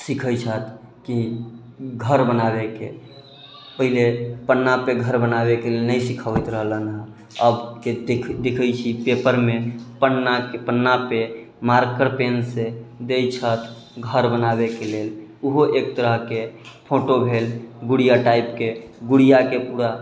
सीखै छथि की घर बनाबैके पहिले पन्नापर घर बनाबैके लेल नहि सीखबैथ रहलनि अबके देखै छी पेपरमे पन्नाके पन्नापर मार्कर पेन से दै छथि घर बनाबैके लेल उहो एक तरहके फोटो भेल गुड़िआ टाइपके गुड़िआके पूरा